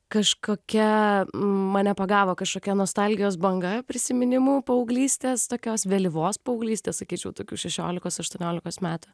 kažkokia mane pagavo kažkokia nostalgijos banga prisiminimų paauglystės tokios vėlyvos paauglystės sakyčiau tokių šešioliktos aštuoniolikos metų